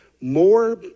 more